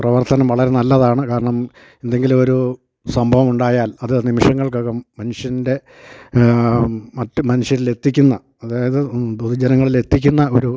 പ്രവർത്തനം വളരെ നല്ലതാണ് കാരണം എന്തെങ്കിലുമൊരു സംഭവമുണ്ടായാൽ അത് നിമിഷങ്ങൾക്കകം മനുഷ്യൻ്റെ മറ്റു മനുഷ്യരിലെത്തിക്കുന്ന അതായത് പൊതു ജനങ്ങളിലെത്തിക്കുന്ന ഒരു